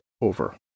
over